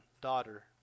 daughter